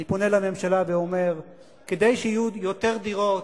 אני פונה לממשלה ואומר: כדי שיהיו יותר דירות,